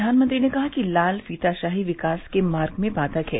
प्रधानमंत्री ने कहा कि लाल फीताशाही विकास के मार्ग में बाधक है